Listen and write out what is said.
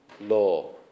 law